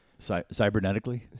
Cybernetically